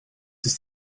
ist